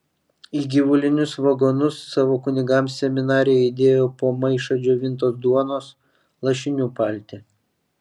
į gyvulinius vagonus savo kunigams seminarija įdėjo po maišą džiovintos duonos lašinių paltį